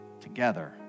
together